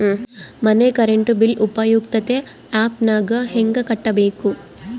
ಮನೆ current bill ಉಪಯುಕ್ತತೆ app ನಾಗ ಹೆಂಗ ಕಟ್ಟಬೇಕು?